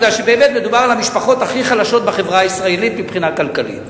מפני שבאמת מדובר על המשפחות הכי חלשות בחברה הישראלית מבחינה כלכלית.